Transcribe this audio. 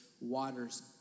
waters